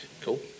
Cool